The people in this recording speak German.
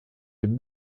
dem